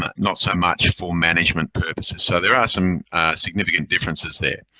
not so much for management purposes. so there are some significant differences there.